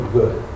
good